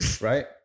right